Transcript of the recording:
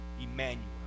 emmanuel